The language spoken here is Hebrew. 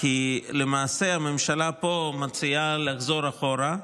כי למעשה הממשלה פה מציעה לחזור אחורה,